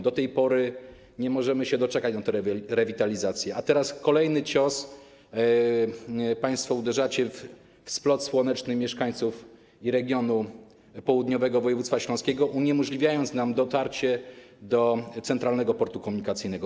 Do tej pory nie możemy się doczekać tej rewitalizacji, a teraz kolejny cios: państwo uderzacie w splot słoneczny mieszkańców regionu południowego województwa śląskiego, uniemożliwiając nam dotarcie do Centralnego Portu Komunikacyjnego.